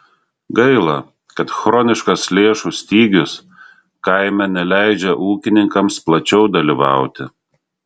gaila kad chroniškas lėšų stygius kaime neleidžia ūkininkams plačiau dalyvauti